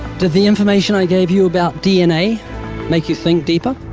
did the information i gave you about dna make you think deeper?